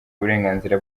uburenganzira